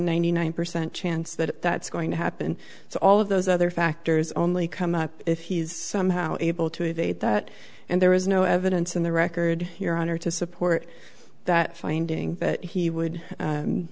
ninety nine percent chance that that's going to happen so all of those other factors only come up if he's somehow able to evade that and there is no evidence in the record your honor to support that finding that he would